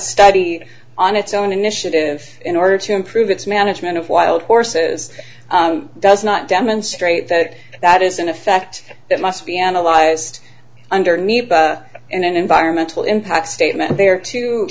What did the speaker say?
study on its own initiative in order to improve its management of wild horses does not demonstrate that that is an effect that must be analyzed underneath and an environmental impact statement there